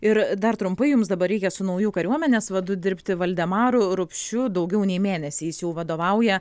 ir dar trumpai jums dabar reikia su nauju kariuomenės vadu dirbti valdemaru rupšiu daugiau nei mėnesį jis jau vadovauja